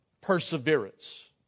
perseverance